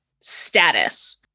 status